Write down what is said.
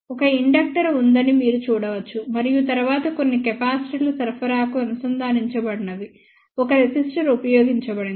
ఒక ఇండక్టర్ ఉందని మీరు చూడవచ్చు మరియు తరువాత కొన్ని కెపాసిటర్ల సరఫరాకు అనుసంధానించబడినవి ఒక రెసిస్టర్ ఉపయోగించబడింది